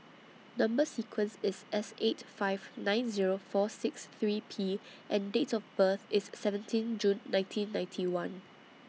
Number sequence IS S eight five nine Zero four six three P and Date of birth IS seventeen June nineteen ninety one